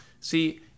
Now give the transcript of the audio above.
See